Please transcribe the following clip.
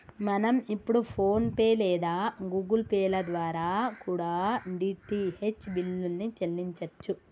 మనం ఇప్పుడు PhonePe లేదా గుగుల్ పే ల ద్వారా కూడా డీ.టీ.హెచ్ బిల్లుల్ని చెల్లించచ్చు